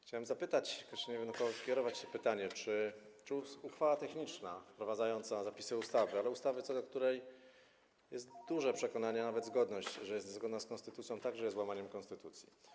Chciałem zapytać, choć jeszcze nie wiem, do kogo skierować to pytanie, czy uchwała techniczna wprowadzająca zapisy ustawy, ale ustawy, co do której jest duże przekonanie, a nawet zgodność, że jest zgodna z konstytucją, także jest łamaniem konstytucji.